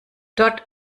dort